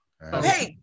hey